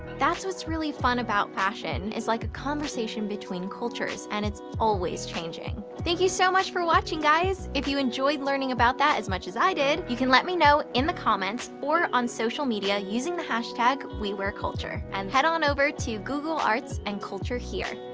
that's what's really fun about fashion. it's like a conversation between cultures, and it's always changing. thank you so much for watching, guys. if you enjoyed learning about that as much as i did, you can let me know in the comments, or on social media using the hashtag wewearculture, and head on over to google arts and culture here,